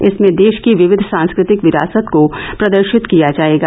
इसमें देश की विविध सांस्कृतिक विरासत को प्रदर्शित किया जायेगा